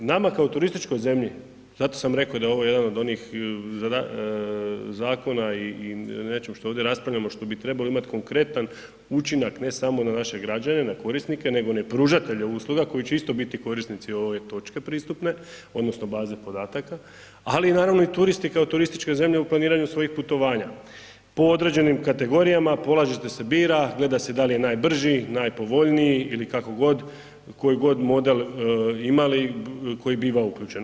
Nama kao turističkoj zemlji, zato sam reko da je ovo jedan od onih zakona i, i nečem što ovdje raspravljamo, što bi trebao imati konkretan učinak, ne samo na naše građane, na korisnike, nego ne pružatelje usluga koji će isto biti korisnici ove točke pristupne odnosno baze podataka, ali naravno i turisti kao turističke zemlje u planiranju svojih putovanja po određenim kategorijama polazište se bira, gleda se da li je najbrži, najpovoljniji ili kako god, koji god model imali koji biva uključen.